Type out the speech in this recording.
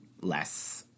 less